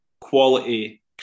quality